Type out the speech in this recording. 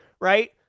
Right